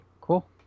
cool